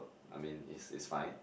I mean is is fine